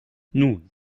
nun